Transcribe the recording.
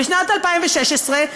בשנת 2016,